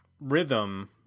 rhythm